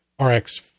RX